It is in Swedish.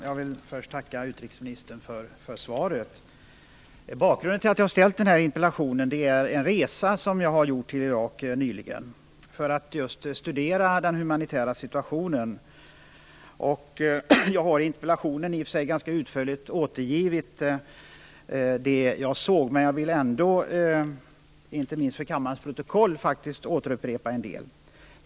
Fru talman! Jag vill tacka utrikesministern för svaret. Bakgrunden till interpellationen är en resa till Irak som jag gjorde nyligen för att studera den humanitära situationen. Jag har i och för sig återgivit det jag såg ganska utförligt i interpellationen, men jag vill ändå, inte minst för kammarens protokoll, upprepa en del.